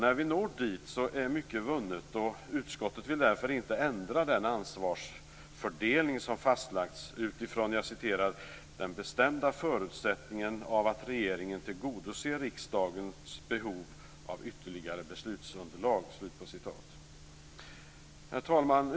När vi når dit är mycket vunnet. Utskottet vill därför inte ändra den ansvarsfördelning som fastlagts utifrån "- den bestämda förutsättningen av att regeringen tillgodoser riksdagens behov av ytterligare beslutsunderlag -". Herr talman!